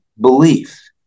belief